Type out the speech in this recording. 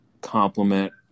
complement